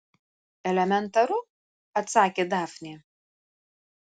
elementaru atsakė dafnė